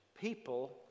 people